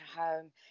home